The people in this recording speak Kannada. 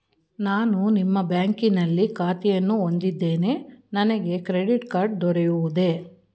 ನಾನು ನಿಮ್ಮ ಬ್ಯಾಂಕಿನಲ್ಲಿ ಖಾತೆಯನ್ನು ಹೊಂದಿದ್ದೇನೆ ನನಗೆ ಕ್ರೆಡಿಟ್ ಕಾರ್ಡ್ ದೊರೆಯುವುದೇ?